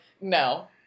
no